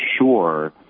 sure